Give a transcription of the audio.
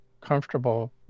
comfortable